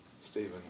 Stephen